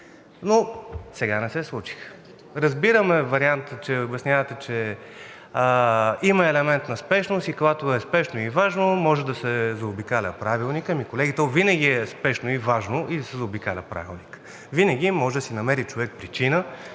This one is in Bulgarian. но сега не се случи. Разбираме варианта – обяснявате, че има елемент на спешност и когато е спешно и важно, може да се заобикаля Правилникът. Ами, колеги, то винаги е спешно и важно или се заобикаля Правилникът. Винаги може да си намери причина